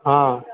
हँ